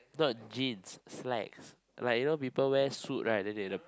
not jeans slacks like you know people wear suit right then they the